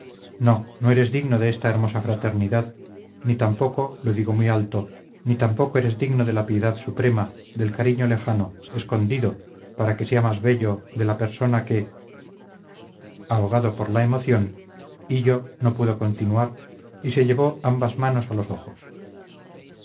no no eres digno de esta hermosa fraternidad ni tampoco lo digo muy alto ni tampoco eres digno de la piedad suprema del cariño lejano escondido para que sea más bello de la persona que ahogado por la emoción hillo no pudo continuar y se llevó ambas manos a los ojos